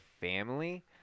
family